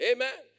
Amen